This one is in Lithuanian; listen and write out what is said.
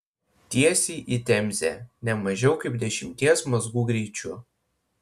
tiesiai į temzę ne mažiau kaip dešimties mazgų greičiu